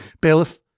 bailiff